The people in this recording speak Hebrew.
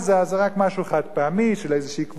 זה רק משהו חד-פעמי של איזו קבוצה.